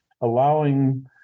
allowing